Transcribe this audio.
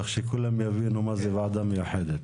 כך שכולם יבינו מה זה ועדה מיוחדת.